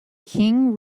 king